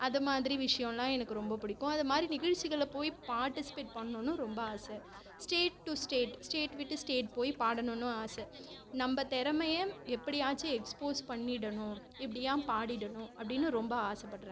அதைமாதிரி விஷியம்லாம் எனக்கு ரொம்ப பிடிக்கும் அதேமாதிரி நிகிழ்ச்சிகளில் போய் பாட்டிசிபேட் பண்ணுன்னு ரொம்ப ஆசை ஸ்டேட் டூ ஸ்டேட் ஸ்டேட் விட்டு ஸ்டேட் போயி பாடணுன்னும் ஆசை நம்ம திறமைய எப்படியாச்சும் எக்ஸ்போஸ் பண்ணிடனும் இப்படியாம் பாடிடணும் அப்படின்னு ரொம்ப ஆசைப்படுறன்